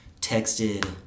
texted